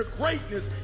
greatness